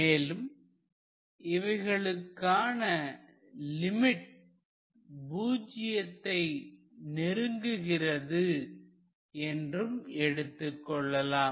மேலும் இவைகளுக்கான லிமிட் பூஜ்ஜியத்தை நெருங்குகிறது என்றும் எடுத்துக் கொள்ளலாம்